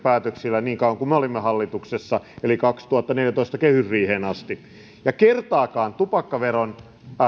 päätöksissä niin kauan kuin me olimme hallituksessa eli vuoden kaksituhattaneljätoista kehysriiheen asti ja kertaakaan tupakkaveron